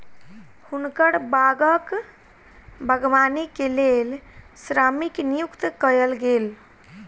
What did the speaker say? हुनकर बागक बागवानी के लेल श्रमिक नियुक्त कयल गेल